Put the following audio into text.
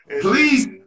Please